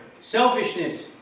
selfishness